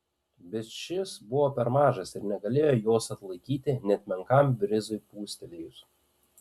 bet šis buvo per mažas ir negalėjo jos atlaikyti net menkam brizui pūstelėjus